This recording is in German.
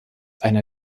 einer